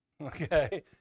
Okay